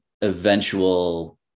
eventual